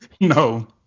No